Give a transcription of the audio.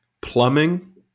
Plumbing